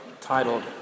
titled